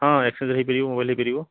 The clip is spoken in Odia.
ହଁ ଏକ୍ସଚେଞ୍ଜ ହେଇପାରିବ ମୋବାଇଲ୍ ହେଇପାରିବ